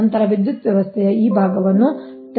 ನಂತರ ವಿದ್ಯುತ್ ವ್ಯವಸ್ಥೆಯ ಈ ಭಾಗವನ್ನು ತೆಗೆದುಕೊಳ್ಳಿ